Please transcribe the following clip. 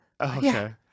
okay